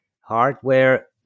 hardware